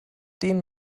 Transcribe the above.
denen